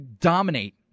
dominate